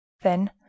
Then